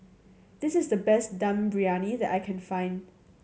this is the best Dum Briyani that I can find